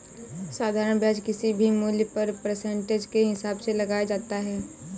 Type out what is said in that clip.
साधारण ब्याज किसी भी मूल्य पर परसेंटेज के हिसाब से लगाया जाता है